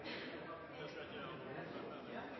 President, jeg